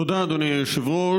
תודה, אדוני היושב-ראש.